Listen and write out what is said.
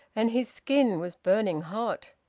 and his skin was burning hot.